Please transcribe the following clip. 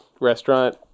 restaurant